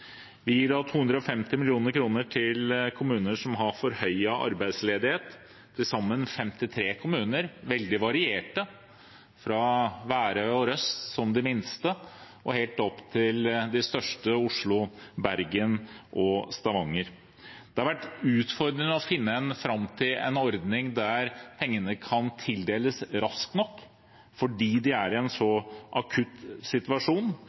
Vi gir 250 mill. kr til kommuner som har forhøyet arbeidsledighet, til sammen 53 kommuner, veldig varierte – fra Værøy og Røst som de minste og helt opp til de største: Oslo, Bergen og Stavanger. Det har vært utfordrende å finne fram til en ordning der pengene kan tildeles raskt nok, fordi de er i en så akutt situasjon,